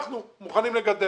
אנחנו מוכנים לגדר.